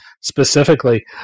specifically